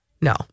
no